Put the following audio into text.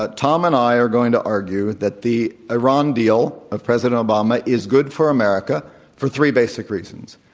but tom and i are going to argue that the iran deal of president obama is good for america for three basic reasons.